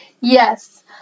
Yes